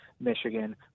Michigan